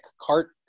cart